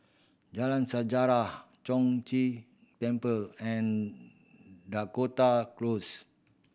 Jalan Sejarah Chong Ghee Temple and Dakota Close